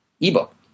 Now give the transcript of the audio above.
ebook